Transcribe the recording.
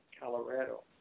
Colorado